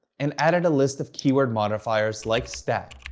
and added a list of keyword modifiers like stat,